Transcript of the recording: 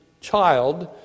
child